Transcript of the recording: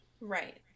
Right